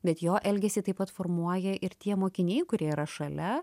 bet jo elgesį taip pat formuoja ir tie mokiniai kurie yra šalia